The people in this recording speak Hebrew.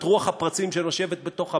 את רוח הפרצים שנושבת בתוך הבית,